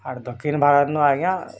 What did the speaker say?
ଆର୍ ଦକ୍ଷିଣଭାରତନୁ ଆଜ୍ଞା